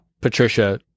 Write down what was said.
Patricia